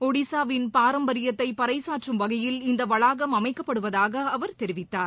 ஒடிஸாவின் பாரம்பரியத்தைபறைசாற்றும் வகையில் இந்தவளாகம் அமைக்கப்படுவதாகஅவர் தெரிவித்தார்